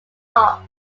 pop